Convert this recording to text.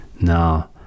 Now